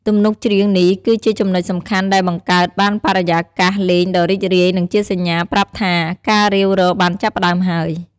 ទំនុកច្រៀងនេះគឺជាចំណុចសំខាន់ដែលបង្កើតបានបរិយាកាសលេងដ៏រីករាយ និងជាសញ្ញាប្រាប់ថាការរាវរកបានចាប់ផ្តើមហើយ។